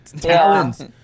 Talents